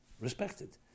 respected